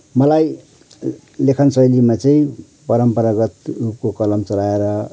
मलाई लेखन शैलीमा चाहिँ परम्परागत उनको कलम चलाएर